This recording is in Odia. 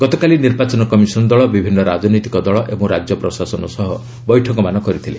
ଗତକାଲି ନିର୍ବାଚନ କମିଶନ୍ ଦଳ ବିଭିନ୍ନ ରାଜନୈତିକ ଦଳ ଓ ରାଜ୍ୟ ପ୍ରଶାସନ ସହ ବୈଠକମାନ କରିଥିଲେ